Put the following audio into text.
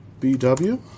BW